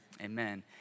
Amen